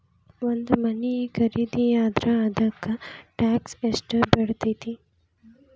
ಒಂದ್ ಮನಿ ಖರಿದಿಯಾದ್ರ ಅದಕ್ಕ ಟ್ಯಾಕ್ಸ್ ಯೆಷ್ಟ್ ಬಿಳ್ತೆತಿ?